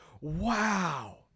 wow